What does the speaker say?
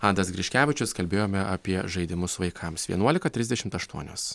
adas griškevičius kalbėjome apie žaidimus vaikams vienuolika trisdešimt aštuonios